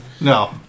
No